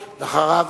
אחריו,